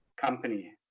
company